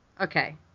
Okay